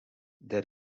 that